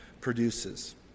produces